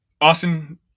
Austin